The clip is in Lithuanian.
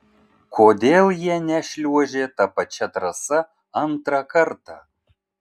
kodėl jie nešliuožė ta pačia trasa antrą kartą